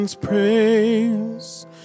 praise